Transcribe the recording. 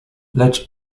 lecz